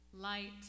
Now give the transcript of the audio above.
Light